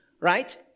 Right